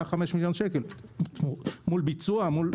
קח חמישה מיליון שקלים אל מול ביצוע.